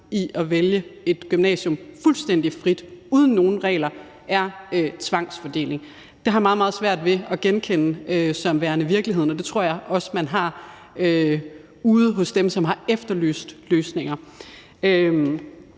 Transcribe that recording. i at vælge et gymnasium fuldstændig frit og uden nogen regler er tvangsfordeling. Det har jeg meget, meget svært ved at genkende som værende virkeligheden, og det tror jeg også man har ude hos dem, som har efterlyst løsninger.